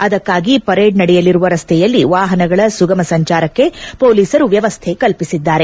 ಅದಕ್ಕಾಗಿ ಪರೇಡ್ ನಡೆಯಲಿರುವ ರಸ್ತೆಯಲ್ಲಿ ವಾಹನಗಳ ಸುಗಮ ಸಂಚಾರಕ್ಕೆ ಪೊಲೀಸರು ವ್ಯವಸ್ಥೆ ಕಲ್ಪಿ ಸಿದ್ದಾರೆ